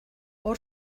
hor